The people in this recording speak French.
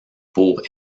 pour